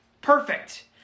Perfect